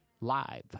live